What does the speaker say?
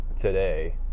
today